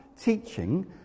teaching